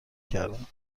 کردم